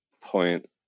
point